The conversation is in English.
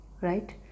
right